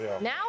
Now